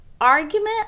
argument